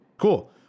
Cool